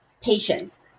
patience